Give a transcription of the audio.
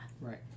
Right